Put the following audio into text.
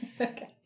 Okay